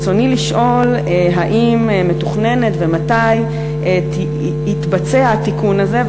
ברצוני לשאול האם מתוכנן ומתי יתבצע התיקון הזה,